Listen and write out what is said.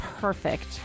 perfect